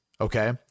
okay